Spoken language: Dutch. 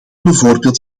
bijvoorbeeld